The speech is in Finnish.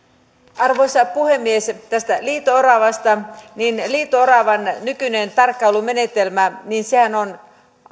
arvoisa puhemies tästä liito oravasta liito oravan nykyinen tarkkailumenetelmähän on